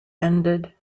ended